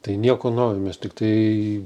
tai nieko naujo mes tiktai